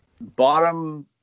bottom